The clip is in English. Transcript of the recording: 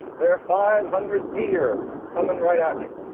there are five hundred deer coming right at me.